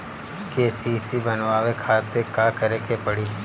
KCC बनवावे खातिर का करे के पड़ी?